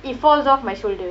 it falls off my shoulder